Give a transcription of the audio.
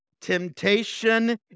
temptation